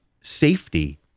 safety